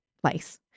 place